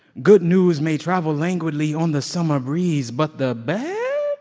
good news may travel languidly on the summer breeze, but the bad.